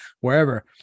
wherever